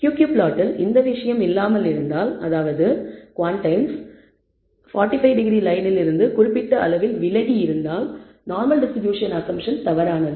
Q Q பிளாட்டில் இந்த விஷயம் இல்லாமல் இருந்தால் அதாவது குவாண்டைல்ஸ் 45 டிகிரி லயன் இல் இருந்து குறிப்பிட்ட அளவில் விலகி இருந்தால் நார்மல் டிஸ்ட்ரிபியூஷன் அஸம்ப்ஷன் தவறானது